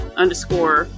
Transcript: underscore